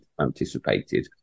anticipated